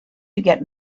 get